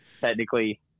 Technically